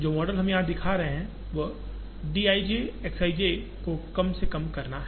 जो मॉडल हम यहां दिखा रहे हैं वह d i j X i j को कम से कम करना है